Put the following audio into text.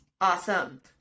awesome